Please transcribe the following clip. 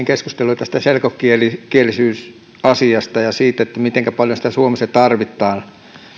keskusteluja tästä selkokielisyysasiasta ja siitä mitenkä paljon sitä suomessa tarvitaan